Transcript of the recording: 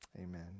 Amen